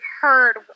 Heard